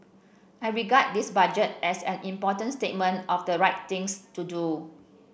I regard this Budget as an important statement of the right things to do